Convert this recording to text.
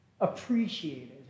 appreciated